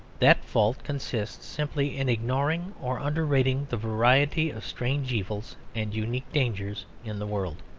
that fault consists simply in ignoring or underrating the variety of strange evils and unique dangers in the world.